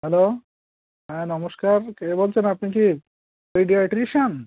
hello হ্যাঁ নমস্কার কে বলছেন আপনি কি পিডিয়াট্রিশিয়ান